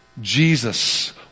Jesus